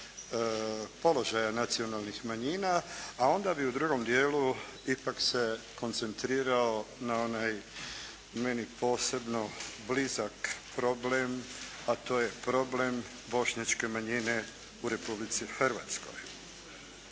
položaja nacionalnih manjina. A onda bih u drugom dijelu ipak se koncentrirao na onaj, meni posebno blizak problem a to je problem Bošnjačke manjine u Republici Hrvatskoj.